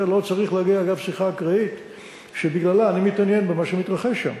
זה לא צריך להגיע אגב שיחה אקראית שבגללה אני מתעניין במה שמתרחש שם.